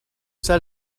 set